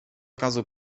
razu